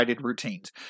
routines